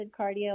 cardio